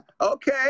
Okay